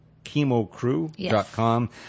chemocrew.com